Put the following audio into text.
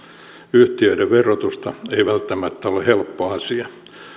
yhtiöiden verotusta ei välttämättä ole helppo asia